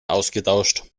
ausgetauscht